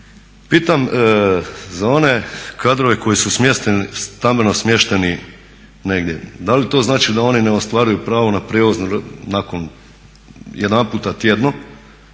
Pitam za one kadrove koji su stambeno smješteni negdje, da li to znači da oni ne ostvaruju pravo na prijevoz nakon jedanputa tjedno,